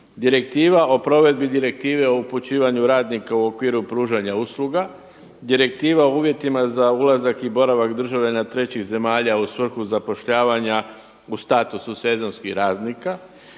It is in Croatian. Direktiva o provedbi Direktive o upućivanju radnika u okviru pružanja usluga, Direktiva o uvjetima za ulazak i boravak državljana trećih zemalja u svrhu zapošljavanja u statusu sezonskih radnika